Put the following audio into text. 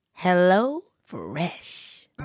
HelloFresh